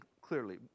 clearly